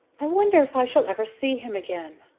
i wonder if i shall ever see him again?